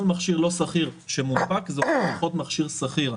כל מכשיר לא סחיר שמונפק זה פחות מכשיר סחיר,